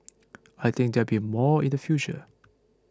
I think there be more in the future